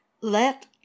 Let